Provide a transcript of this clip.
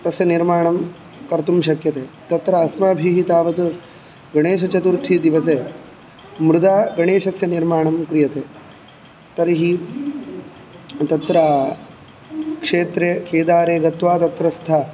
तस्य निर्माणं कर्तुं शक्यते तत्र अस्माभिः तावत् गणेशचतुर्थीदिवसे मृदा गणेशस्य निर्माणं क्रियते तर्हि तत्र क्षेत्रे केदारे गत्वा तत्रस्थ